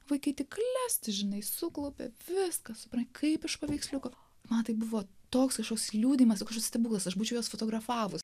vaikyti klest žinai suklaupė viską supran kaip iš paveiksliuko matai buvo toks kažkoks liūdijimas stebuklas aš būčiau juos fotografavus